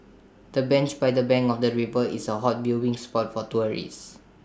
the bench by the bank of the river is A hot viewing spot for tourists